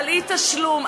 על אי-תשלום,